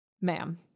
ma'am